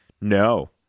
No